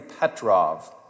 Petrov